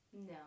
No